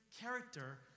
character